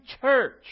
church